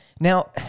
Now